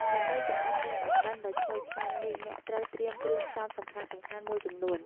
ដើម្បីចម្អិននំបាក់បិនដ៏ឈ្ងុយឆ្ងាញ់នេះ អ្នកត្រូវត្រៀមគ្រឿងផ្សំសំខាន់ៗមួយចំនួន។